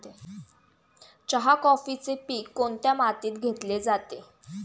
चहा, कॉफीचे पीक कोणत्या मातीत घेतले जाते?